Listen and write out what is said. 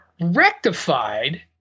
rectified